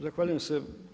Zahvaljujem se.